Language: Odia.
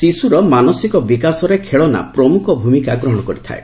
ଶିଶୁର ମାନସିକ ବିକାଶରେ ଖେଳନା ପ୍ରମୁଖ ଭୂମିକା ଗ୍ରହଣ କରିଥାଏ